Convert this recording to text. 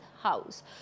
house